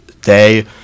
day